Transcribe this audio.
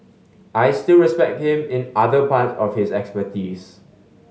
I still respect him in other parts of his expertise